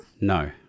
No